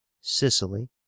Sicily